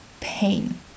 pain